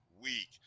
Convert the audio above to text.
week